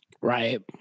Right